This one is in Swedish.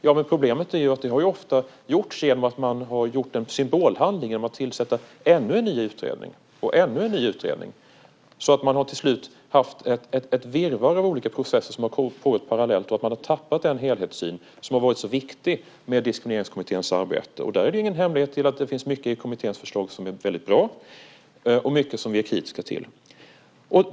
Ja, men problemet är att det ofta har gjorts genom att man har gjort en symbolhandling, genom att tillsätta ännu en ny utredning, och ännu en ny utredning. Till slut har man haft ett virrvarr av olika processer som har pågått parallellt, och man har tappat den helhetssyn som har varit så viktig med Diskrimineringskommitténs arbete. Det är ingen hemlighet att det finns mycket i kommitténs förslag som är väldigt bra och mycket som vi är kritiska till.